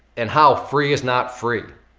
and how free is not free.